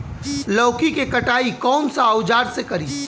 लौकी के कटाई कौन सा औजार से करी?